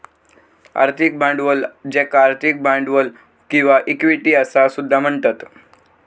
आर्थिक भांडवल ज्याका आर्थिक भांडवल किंवा इक्विटी असा सुद्धा म्हणतत